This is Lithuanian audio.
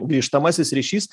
grįžtamasis ryšys